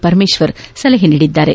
ಪರಮೇಶ್ವರ ಸಲಹೆ ನೀಡಿದ್ದಾರೆ